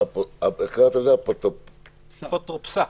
גם --- האפוטרופסה.